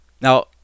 Now